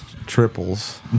Triples